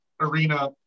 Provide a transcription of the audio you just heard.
arena